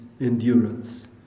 endurance